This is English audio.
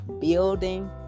building